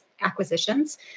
acquisitions